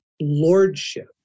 lordship